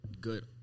good